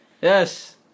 yes